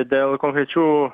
dėl konkrečių